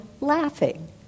laughing